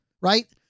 right